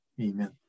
Amen